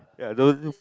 ya don't do